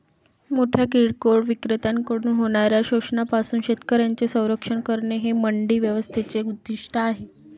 मोठ्या किरकोळ विक्रेत्यांकडून होणाऱ्या शोषणापासून शेतकऱ्यांचे संरक्षण करणे हे मंडी व्यवस्थेचे उद्दिष्ट आहे